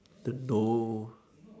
don't know